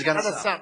את סגן השר.